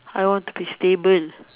I want to be stable